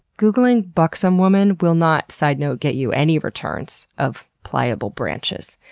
googling, buxom woman will not, sidenote, get you any returns of pliable branches.